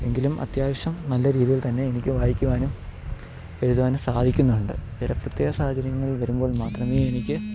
എങ്കിലും അത്യാവശ്യം നല്ല രീതിയിൽ തന്നെ എനിക്ക് വായിക്കുവാനും എഴുതാനും സാധിക്കുന്നുണ്ട് ചില പ്രത്യേക സാഹചര്യങ്ങൾ വരുമ്പോൾ മാത്രമേ എനിക്ക്